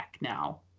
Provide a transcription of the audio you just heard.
now